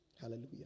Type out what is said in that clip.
Hallelujah